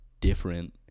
different